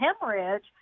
hemorrhage